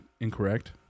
incorrect